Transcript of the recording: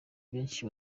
benshi